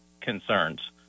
concerns